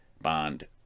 Bond